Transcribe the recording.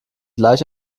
gleich